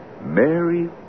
Mary